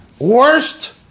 Worst